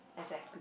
exactly